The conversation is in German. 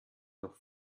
noch